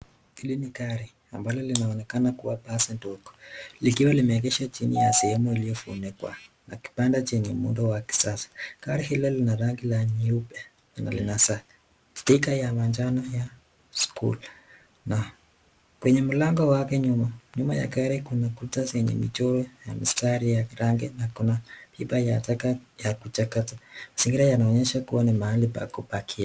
Hili ni gari ambalo linaonekana kuwa basi ndogo, likiwa limeegeshwa chini ya sehemu ilyofunikwa na kibanda chenye mundo wa kisasa. gari hilo lina rangi la nyeupe na stika ya manjano ya school na kwenye mlango wake nyuma. Nyuma ya gari kuna kuta zenye michoro mistari ya rangi na kuna pipa ya taka ya kuchakata mazingira inaonyesha ni mahali pa kupakia.